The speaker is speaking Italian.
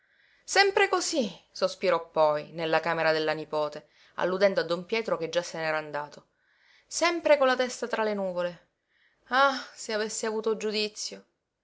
sempre cosí sospirò poi nella camera della nipote alludendo a don pietro che già se n'era andato sempre con la testa tra le nuvole ah se avesse avuto giudizio